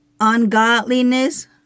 ungodliness